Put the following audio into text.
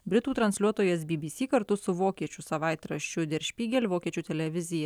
britų transliuotojas by by sy kartu su vokiečių savaitraščiui der špigel vokiečių televizijai